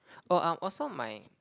oh I'm also mine